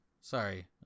sorry